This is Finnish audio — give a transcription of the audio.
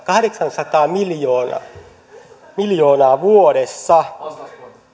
kahdeksansataa miljoonaa vuodessa